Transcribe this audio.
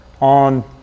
on